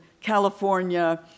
California